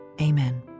amen